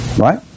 right